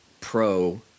pro